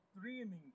dreaming